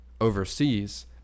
overseas